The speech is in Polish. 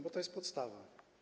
Bo to jest podstawa.